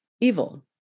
evil